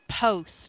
post